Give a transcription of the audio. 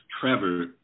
Trevor